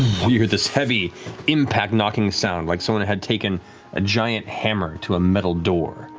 hear this heavy impact knocking sound, like someone had taken a giant hammer to a metal door.